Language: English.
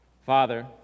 Father